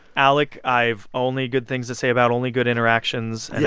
alec i've only good things to say about, only good interactions.